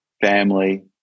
family